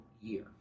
year